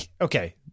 okay